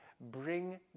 bring